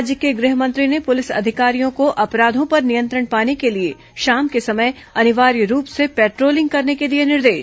राज्य के गृह मंत्री ने पुलिस अधिकारियों को अपराघों पर नियंत्रण पाने के लिए शाम के समय अनिवार्य रूप से पेट्रोलिंग करने के दिए निर्देश